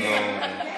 מיקי,